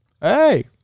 Hey